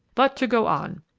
but to go on.